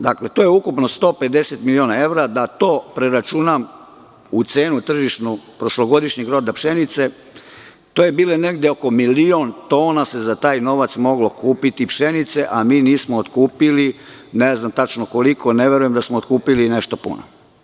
Dakle, to je ukupno 150.000.000 evra, da to preračunam u cenu tržišnog prošlogodišnjeg roda pšenice, to je bilo negde oko 1.000.000 tona se za taj novac moglo kupiti pšenice, a mi nismo otkupili, ne znam tačno koliko, ne verujem da smo otkupili nešto puno.